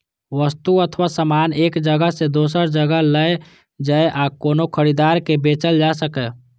वस्तु अथवा सामान एक जगह सं दोसर जगह लए जाए आ कोनो खरीदार के बेचल जा सकै